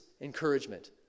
Encouragement